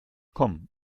komm